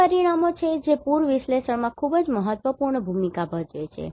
આ પરિમાણો છે જે પૂર વિશ્લેષણમાં ખૂબ જ મહત્વપૂર્ણ ભૂમિકા ભજવે છે